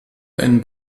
einen